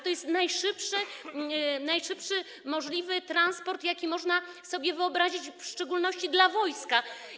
To jest najszybszy możliwy transport, jaki można sobie wyobrazić, w szczególności dla wojska.